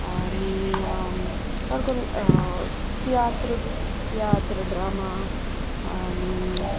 आनी चड करून तियात्र बी तियात्र ड्रामा आनी